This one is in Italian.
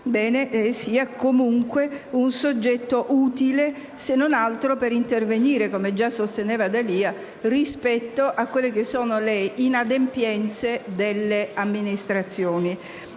sia comunque un soggetto utile, se non altro per intervenire, come già sosteneva il senatore D'Alia, rispetto alle inadempienze delle amministrazioni.